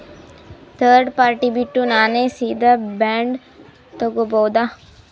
Third party ಬಿಟ್ಟು ನಾನೇ ಸೀದಾ ಬಾಂಡ್ ತೋಗೊಭೌದಾ?